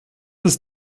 ist